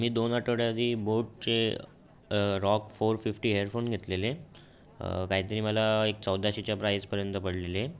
मी दोन आठवडे आधी बोटचे रॉक फोर फिफ्टी हेडफोन घेतलेले काहीतरी मला एक चौदाशेच्या प्राईजपर्यंत पडलेले